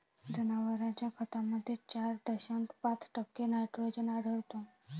जनावरांच्या खतामध्ये चार दशांश पाच टक्के नायट्रोजन आढळतो